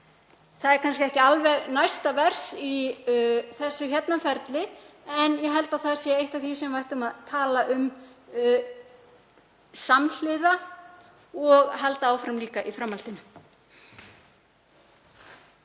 Það er kannski ekki alveg næsta vers í þessu ferli, en ég held að það sé eitt af því sem við ættum að tala um samhliða og halda áfram í framhaldinu.